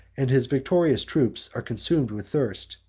and his victorious troops are consumed with thirst,